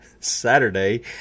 Saturday